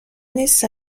نیست